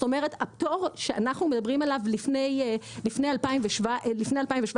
הפטור שאנחנו מדברים עליו לפני שנת 2017,